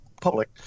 public